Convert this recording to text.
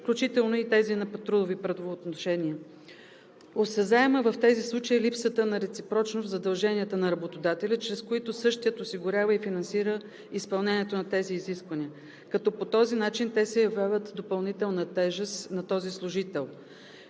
включително и за тези на трудови правоотношения. Осезаема в тези случаи е липсата на реципрочност в задълженията на работодателя, чрез които същият осигурява и финансира изпълнението на тези изисквания, като по този начин те се явяват допълнителна тежест на този служител.